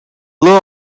low